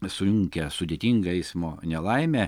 sunkią sudėtingą eismo nelaimę